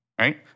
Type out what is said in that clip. right